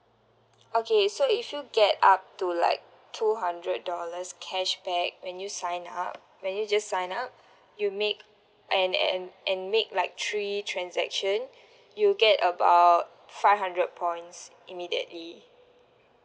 okay so you should get up to like two hundred dollars cashback when you sign up when you just sign up you make and and and make like three transaction you'll get about five hundred points immediately